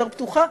יותר פתוחה,